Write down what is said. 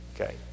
Okay